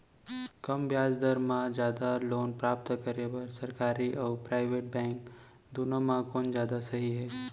कम ब्याज दर मा जादा लोन प्राप्त करे बर, सरकारी अऊ प्राइवेट बैंक दुनो मा कोन जादा सही हे?